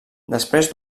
després